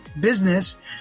business